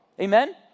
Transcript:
Amen